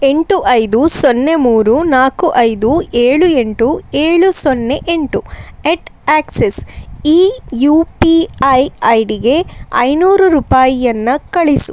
ಎಂಟು ಐದು ಸೊನ್ನೆ ಮೂರು ನಾಲ್ಕು ಐದು ಏಳು ಎಂಟು ಏಳು ಸೊನ್ನೆ ಎಂಟು ಅಟ್ ಆಕ್ಸಿಸ್ ಈ ಯು ಪಿ ಐ ಐ ಡಿಗೆ ಐನೂರು ರೂಪಾಯಿಯನ್ನ ಕಳಿಸು